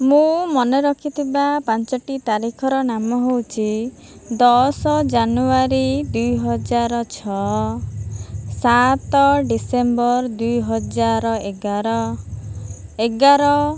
ମୁଁ ମନେ ରଖିଥିବା ପାଞ୍ଚଟି ତାରିଖର ନାମ ହେଉଛି ଦଶ ଜାନୁୟାରୀ ଦୁଇ ହଜାର ଛଅ ସାତ ଡିସେମ୍ବର ଦୁଇ ହଜାର ଏଗାର ଏଗାର